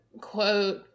quote